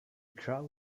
crow